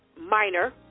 minor